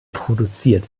produziert